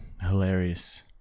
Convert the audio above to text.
hilarious